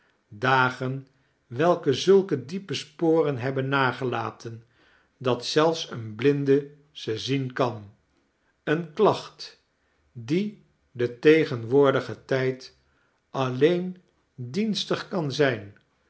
dagen welke zulke diepe sporen liebben nagelaten dat zelfs een blinde ze zien kan eene klacht die den tegenwoordigen tijd alleen dienstig kan zijn